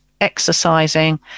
exercising